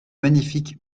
magnifiques